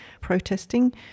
protesting